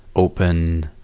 open,